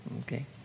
okay